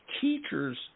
teachers